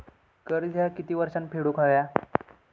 कर्ज ह्या किती वर्षात फेडून हव्या?